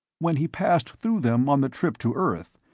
when he passed through them on the trip to earth,